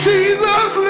Jesus